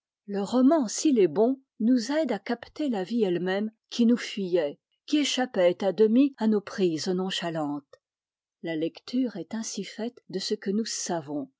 le roman s'il est bon nous aide à capter la vie elle-même qui nous fuyait qui échappait à demi à nos prises nonchalantes la lecture est ainsi faite de ce que nous savons